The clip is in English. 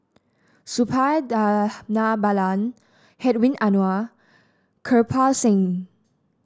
Suppiah Dhanabalan Hedwig Anuar Kirpal Singh